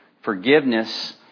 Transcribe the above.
forgiveness